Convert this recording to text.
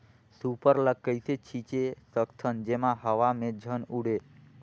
Super ल कइसे छीचे सकथन जेमा हवा मे झन उड़े?